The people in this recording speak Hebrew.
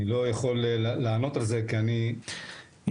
אני לא יכול לענות על זה כי אני לא --- יש